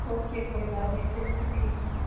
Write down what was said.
okay کوئی بات نہیں چلیے ٹھیک ہے